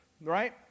right